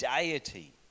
deity